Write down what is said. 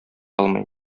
алмый